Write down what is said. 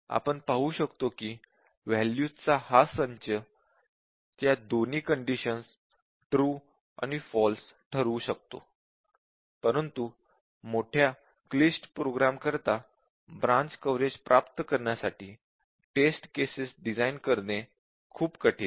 आपण पाहू शकतो की वॅल्यूज चा हा संच त्या दोन्ही कंडिशन्स ट्रू आणि फॉल्स ठरवू शकतो परंतु मोठ्या क्लिष्ट प्रोग्राम करता ब्रांच कव्हरेज प्राप्त करण्यासाठी टेस्ट केसेस डिझाईन करणे खूप कठीण आहे